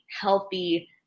healthy